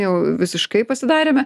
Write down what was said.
jau visiškai pasidarėme